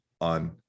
on